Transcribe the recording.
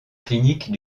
clinique